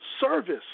service